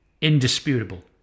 indisputable